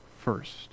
first